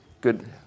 good